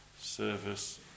service